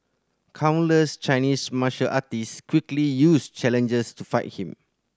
countless Chinese martial artist quickly used challenges to fight him